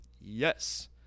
Yes